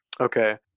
Okay